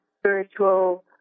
spiritual